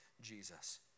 Jesus